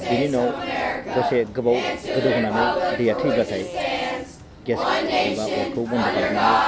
बेनि उनाव दसे गोबाव गोदौहोनानै दैया थैब्लाथाय गेस एबा अरखौ बन्द' खालामनानै